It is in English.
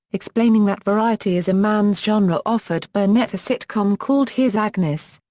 explaining that variety is a man's genre offered burnett a sitcom called here's agnes.